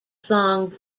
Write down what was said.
song